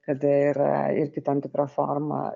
kada yra irgi tam tikra forma